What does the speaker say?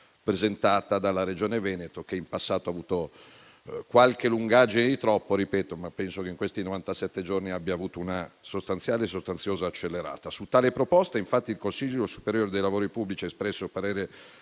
presentata dalla Regione Veneto, che in passato ha avuto qualche lungaggine di troppo, ma penso che in questi novantasette giorni abbia avuto una sostanziale e sostanziosa accelerata. Su tale proposta, infatti, il Consiglio superiore dei lavori pubblici ha espresso parere